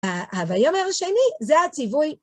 ‫ה״ויאמר״ השני זה הציווי.